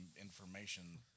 information